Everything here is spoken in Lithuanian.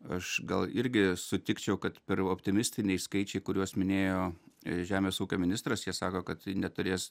aš gal irgi sutikčiau kad per optimistiniai skaičiai kuriuos minėjo žemės ūkio ministras jie sako kad neturės